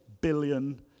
billion